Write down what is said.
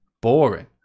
boring